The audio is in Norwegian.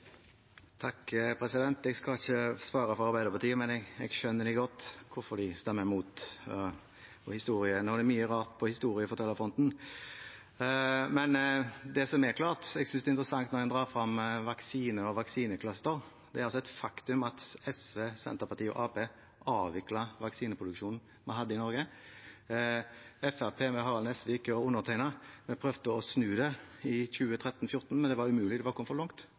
Jeg skal ikke svare for Arbeiderpartiet, men jeg skjønner godt hvorfor de stemmer mot, og historien. Det er mye rart på historiefortellerfronten. Men det som er klart – jeg synes det er interessant når man drar frem vaksiner og vaksinecluster – er det faktum at SV, Senterpartiet og Arbeiderpartiet avviklet vaksineproduksjonen vi hadde i Norge. Fremskrittspartiet, ved Harald Nesvik og undertegnede, prøvde å snu det i 2013–2014, men det var umulig, det var kommet for langt.